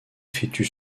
fœtus